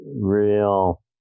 real